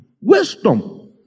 Wisdom